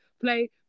play